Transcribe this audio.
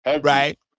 right